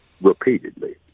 repeatedly